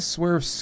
Swerve